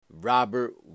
Robert